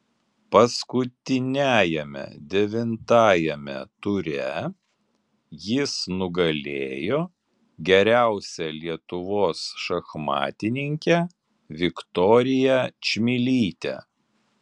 paskutiniajame devintajame ture jis nugalėjo geriausią lietuvos šachmatininkę viktoriją čmilytę